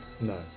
No